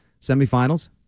semifinals